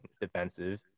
defensive